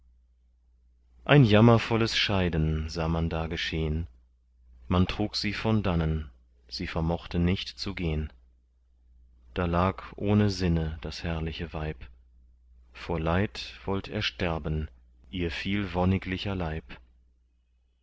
ein jammervolles scheiden sah man da geschehn man trug sie von dannen sie vermochte nicht zu gehn da lag ohne sinne das herrliche weib vor leid wollt ersterben ihr viel wonniglicher leib